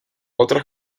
otras